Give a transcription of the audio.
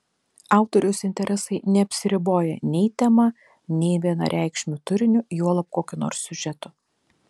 autoriaus interesai neapsiriboja nei tema nei vienareikšmiu turiniu juolab kokiu nors siužetu